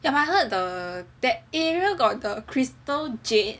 but I heard the that area got the Crystal Jade